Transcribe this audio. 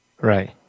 Right